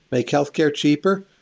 make healthcare cheaper.